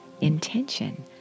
intention